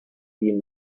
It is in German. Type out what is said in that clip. die